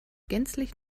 gänzlich